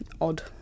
odd